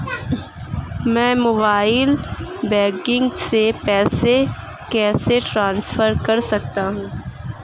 मैं mobile banking से पैसे कैसे ट्रांसफर कर सकता हूं?